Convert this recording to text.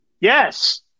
Yes